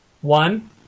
One